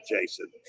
Jason